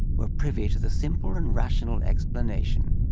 were privy to the simple and rational explanation.